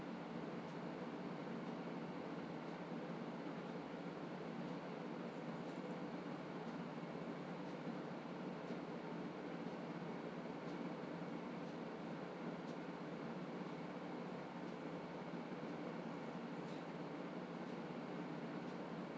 mm